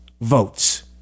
votes